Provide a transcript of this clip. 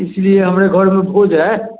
इसलिए हमारे घर में भोज है